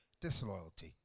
disloyalty